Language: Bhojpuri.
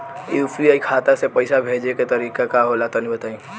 यू.पी.आई खाता से पइसा भेजे के तरीका का होला तनि बताईं?